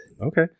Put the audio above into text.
Okay